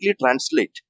translate